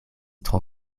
tro